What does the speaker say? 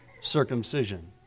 circumcision